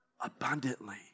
abundantly